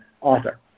Author